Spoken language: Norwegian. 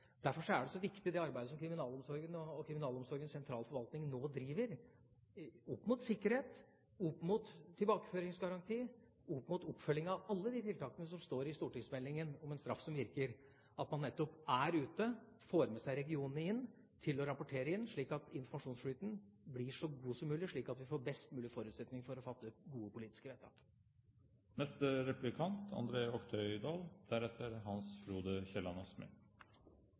Derfor er det så viktig det arbeidet som kriminalomsorgen og Kriminalomsorgens sentrale forvaltning nå gjør opp mot sikkerhet, opp mot tilbakeføringsgaranti, opp mot oppfølging av alle de tiltakene som står i stortingsmeldingen om en straff som virker – nettopp det at man er ute, får med seg regionene til å rapportere inn, slik at informasjonsflyten blir så god som mulig, slik at vi får best mulig forutsetninger for å fatte gode politiske vedtak.